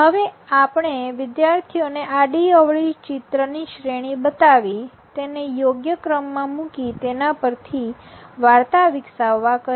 હવે આપણે વિદ્યાર્થીઓને આડીઅવળી ચિત્રની શ્રેણી બતાવી તેને યોગ્ય ક્રમમાં મૂકી તેના પરથી વાર્તા વિકસાવવા કહીએ